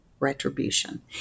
retribution